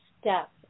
step